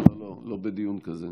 אדוני היושב-ראש, מכובדיי השרים,